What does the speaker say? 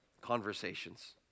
conversations